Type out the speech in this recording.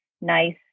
nice